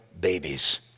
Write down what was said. babies